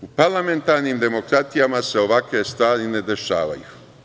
U parlamentarnim demokratijama se ovakve stvari ne dešavaju.